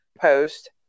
post